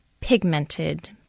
pigmented